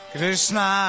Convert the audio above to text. Krishna